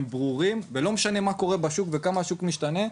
הם ברורים ולא משנה מה קורה בשוק וכמה השוק משתנה.